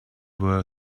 were